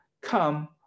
come